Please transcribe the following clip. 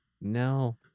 No